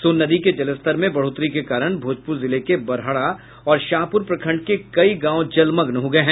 सोन नदी के जलस्तर में बढ़ोतरी के कारण भोजपुर जिले के बड़हरा और शाहपुर प्रखंड के कई गांव जलमग्न हो गये हैं